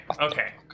okay